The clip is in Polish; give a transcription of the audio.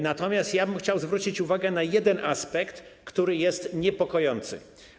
Natomiast ja bym chciał zwrócić uwagę na jeden aspekt, który jest niepokojący.